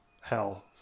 hell